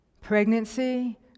pregnancy